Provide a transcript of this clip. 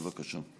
בבקשה.